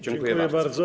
Dziękuję bardzo.